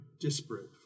disparate